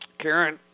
Karen